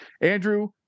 Andrew